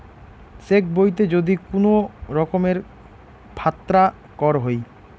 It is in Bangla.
চেক বইতে যদি কুনো রকমের ফাত্রা কর হই